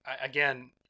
again